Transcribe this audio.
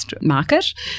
market